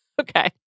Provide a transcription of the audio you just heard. okay